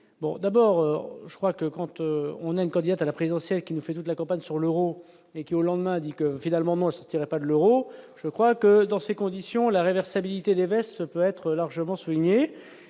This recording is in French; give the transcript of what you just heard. d'abord, je crois que quand on on a une candidate à la présidentielle qui ne fait toute la campagne sur l'Euro, mais qui au lendemain dit que finalement on n'en sortira pas de l'Euro, je crois que dans ces conditions, la réversibilité des vestes peut être largement souligné